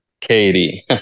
Katie